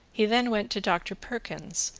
he then went to doctor perkins,